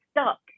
stuck